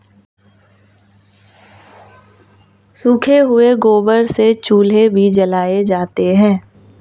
सूखे हुए गोबर से चूल्हे भी जलाए जाते हैं